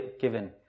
given